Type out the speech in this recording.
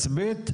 מבחינה כספית?